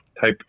type